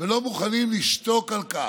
ולא מוכנים לשתוק על כך.